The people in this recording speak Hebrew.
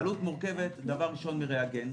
העלות מורכבת מריאגנט,